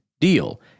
deal